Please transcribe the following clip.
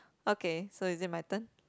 okay so is it my turn